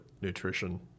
nutrition